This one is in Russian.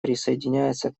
присоединяется